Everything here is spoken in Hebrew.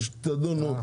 תדונו,